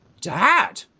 Dad